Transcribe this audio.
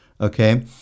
Okay